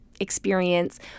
experience